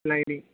sliding